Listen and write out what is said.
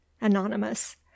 Anonymous